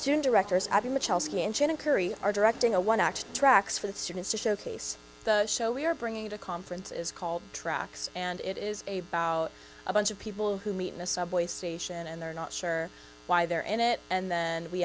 soon directors are directing a one act tracks for the students to showcase the show we are bringing to conference is called tracks and it is a bout a bunch of people who meet in a subway station and they're not sure why they're in it and then we